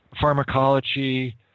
Pharmacology